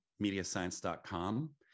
mediascience.com